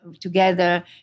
together